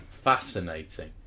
fascinating